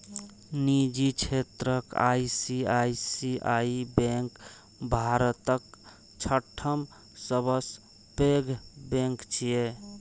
निजी क्षेत्रक ICICI bank भारतक छठम सबसं पैघ बैंक छियै